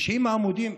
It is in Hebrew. ב-90 עמודים,